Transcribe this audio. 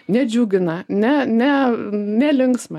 nedžiugina ne ne nelinksma